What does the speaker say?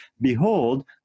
behold